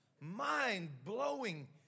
mind-blowing